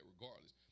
regardless